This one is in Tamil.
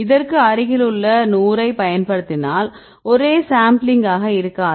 இதற்கு அருகில் உள்ள 100 ஐ பயன்படுத்தினால் ஒரே சாம்பிளிங்காக இருக்காது